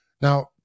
Now